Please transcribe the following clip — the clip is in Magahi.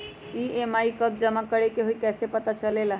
ई.एम.आई कव जमा करेके हई कैसे पता चलेला?